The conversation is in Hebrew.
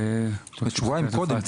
שבועיים קודם,